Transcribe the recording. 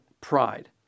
pride